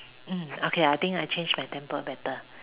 mm okay I change my temper better